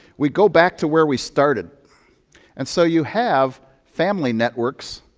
we go back to where we started and so you have family networks,